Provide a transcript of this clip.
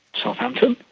southampton,